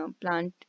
plant